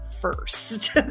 first